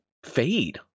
Fade